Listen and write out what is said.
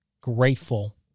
grateful